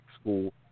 school